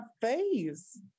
face